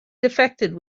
defected